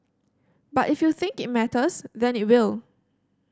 but if you think it matters then it will